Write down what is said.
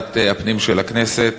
בוועדת הפנים של הכנסת,